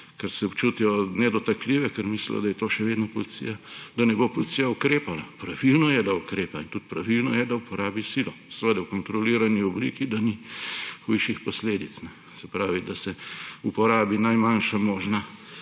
ker se občutijo nedotakljive, ker mislijo, da ne bo policija ukrepala. Pravilno je, da ukrepa, in tudi pravilno je, da uporabi silo, seveda v kontrolirani obliki, da ni hujših posledic. Se pravi, da se uporabi najmanjša možna